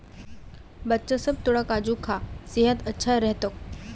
बच्चा सब, तोरा काजू खा सेहत अच्छा रह तोक